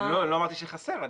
לא אמרתי שחסר.